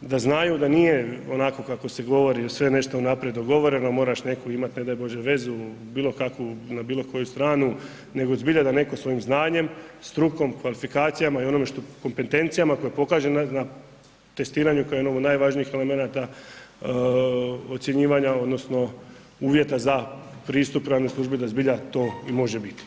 da znaju da nije onako kako se govori, da je sve nešto unaprijed dogovoreno, moraš imat neku ne daj bože vezu, bilokakvu na bilokoju stranu nego zbilja da netko svojim znanjem, strukom, kvalifikacijama i kompetencijama koje pokažu na testiranju koje je jedno od najvažniji elemenata ocjenjivanja odnosno uvjeta za pristup državnoj službi da zbilja to može i biti.